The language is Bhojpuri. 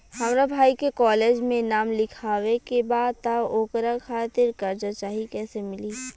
हमरा भाई के कॉलेज मे नाम लिखावे के बा त ओकरा खातिर कर्जा चाही कैसे मिली?